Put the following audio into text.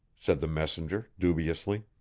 said the messenger dubiously.